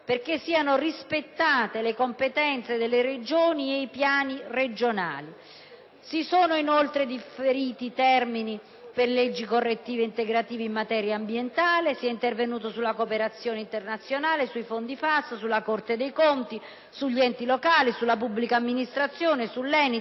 risultato - rispettare le competenze delle regioni e i piani regionali. Si sono, inoltre, differiti i termini per leggi correttive ed integrative in materia ambientale; si è intervenuto sulla cooperazione internazionale, sui fondi FAS, sulla Corte dei conti, sugli enti locali, sulla pubblica amministrazione, sull'ENIT,